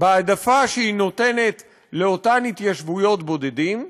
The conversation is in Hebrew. בהעדפה שהיא נותנת לאותן התיישבויות בודדים,